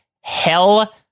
hell